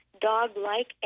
dog-like